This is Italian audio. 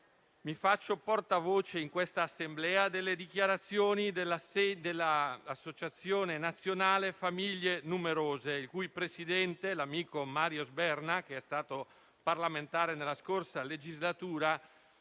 Mi faccio portavoce in questa Assemblea delle dichiarazioni dell'Associazione nazionale famiglie numerose, il cui presidente, l'amico Mario Sberna, che è stato parlamentare nella scorsa legislatura,